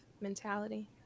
mentality